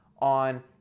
on